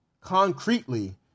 concretely